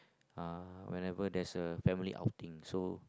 uh whenever there is a family outing so